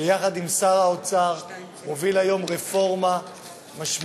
שיחד עם שר האוצר הוביל היום רפורמה משמעותית,